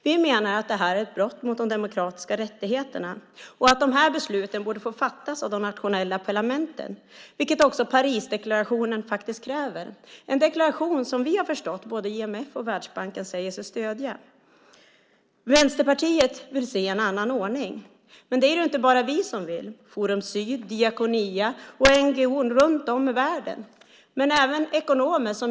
Vi menar att det här är ett brott mot de demokratiska rättigheterna och att de här besluten borde få fattas av de nationella parlamenten, vilket också Parisdeklarationen faktiskt kräver. Det är en deklaration som vi har förstått att både IMF och Världsbanken säger sig stödja. Vänsterpartiet vill se en annan ordning. Men det är det inte bara vi som vill utan också Forum Syd, Diakonia och NGO:er runt om i världen, liksom ekonomer.